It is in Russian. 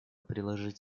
приложить